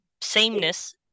sameness